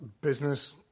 business